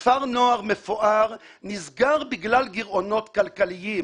כפר נוער מפואר נסגר בגלל גירעונות כלכליים.